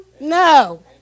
No